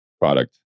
Product